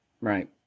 right